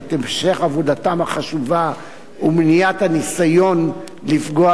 עבודתם החשובה ומניעת הניסיון לפגוע בהם.